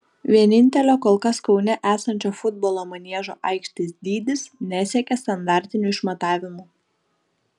vienintelio kol kas kaune esančio futbolo maniežo aikštės dydis nesiekia standartinių išmatavimų